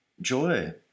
joy